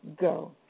go